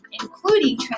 including